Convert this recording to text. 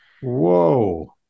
Whoa